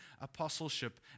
apostleship